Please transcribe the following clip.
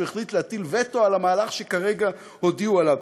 החליט להטיל וטו על המהלך שכרגע הודיעו עליו.